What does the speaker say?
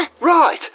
Right